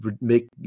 make